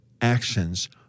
actions